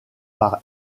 par